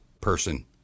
person